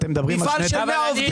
זה מפעל של 100 עובדים.